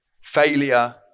Failure